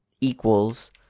equals